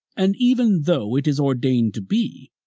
and, even though it is ordained to be,